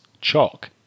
chalk